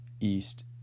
East